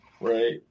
Right